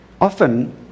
Often